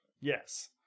Yes